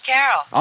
Carol